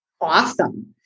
awesome